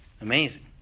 Amazing